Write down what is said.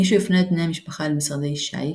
מישהו הפנה את בני המשפחה אל משרדי ש"י,